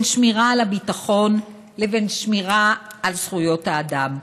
שמירה על הביטחון לבין שמירה על זכויות האדם.